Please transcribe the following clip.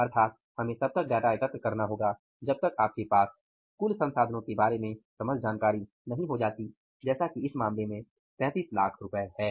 अर्थात हमें तब तक डाटा एकत्र करना होगा जब तक आपके पास कुल संसाधन के बारे में कुल जानकारी नहीं हो जाती जैसा की इस मामले में 3300000 है